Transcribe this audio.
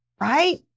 right